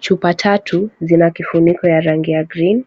Chupa tatu zina kifuniko ya rangi ya green .